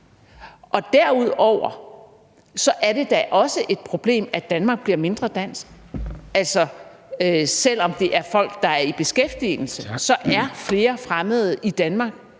Derudover er det da også et problem, at Danmark bliver mindre dansk. Selv om det er folk, der er i beskæftigelse, er flere fremmede i Danmark